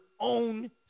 own